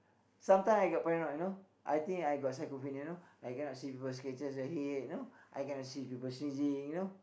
sometime I got paranoid you know I think I got schizophrenia you know I cannot see people scratches their head you know I cannot see people sneezing you know